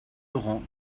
laurent